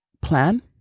plan